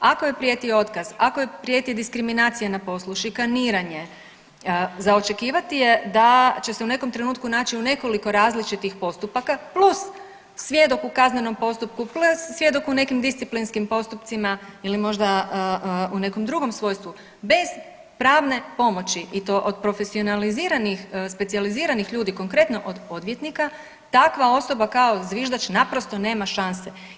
Ako joj prijeti otkaz, ako joj prijeti diskriminacija na poslu, šikaniranje za očekivati je da će se u nekom trenutku naći u nekoliko različitih postupaka plus svjedok u kaznenom postupku, plus svjedok u nekim disciplinskim postupcima ili možda u nekom drugom svojstvu bez pravne pomoći i to od profesionaliziranih specijaliziranih ljudi konkretno od odvjetnika, takva osoba kao zviždač naprosto nema šanse.